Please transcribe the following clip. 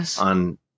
on